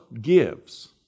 gives